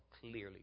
clearly